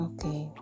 Okay